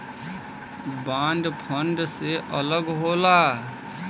bond fund से अलग होला